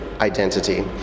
identity